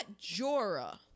Jorah